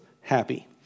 happy